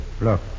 Look